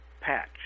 patch